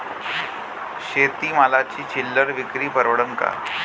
शेती मालाची चिल्लर विक्री परवडन का?